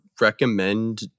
recommend